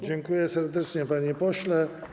Dziękuję serdecznie, panie pośle.